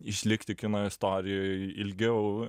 išlikti kino istorijoj ilgiau